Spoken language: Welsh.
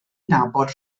nabod